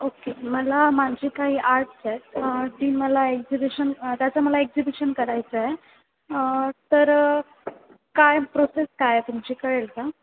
okay मला माझी काही आर्ट्स आहेत जी मला एक्झिबिशन त्याचं मला एक्झिबिशन करायचं आहे तर काय प्रोसेस काय आहे तुमची कळेल का